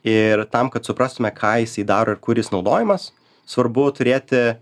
ir tam kad suprastume ką jisai daro ir kur jis naudojamas svarbu turėti